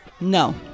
No